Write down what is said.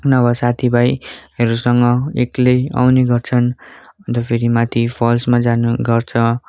नभए साथीभाइहरूसँग एक्लै आउने गर्छन् अन्तफेरि माथि फल्समा जाने गर्छ